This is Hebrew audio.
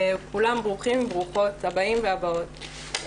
כולם ברוכים וברוכות הבאים והבאות.